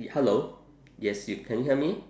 ya hello yes you can you hear me